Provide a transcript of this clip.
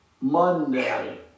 Monday